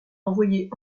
envoyés